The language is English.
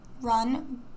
run